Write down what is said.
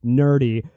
nerdy